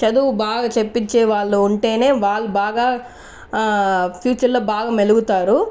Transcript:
చదువు బాగా చెప్పించే వాళ్ళు ఉంటేనే వాళ్ళు బాగా ఫ్యూచర్లో బాగా మెలుగుతారు